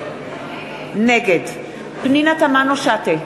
נגד פנינה תמנו-שטה,